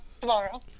Tomorrow